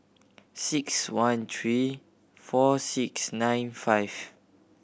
six one three four six nine five